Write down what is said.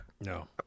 No